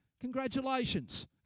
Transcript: Congratulations